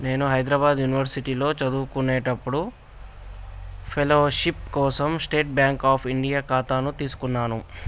నేను హైద్రాబాద్ యునివర్సిటీలో చదువుకునేప్పుడు ఫెలోషిప్ కోసం స్టేట్ బాంక్ అఫ్ ఇండియా ఖాతాను తీసుకున్నాను